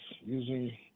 using